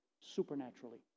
supernaturally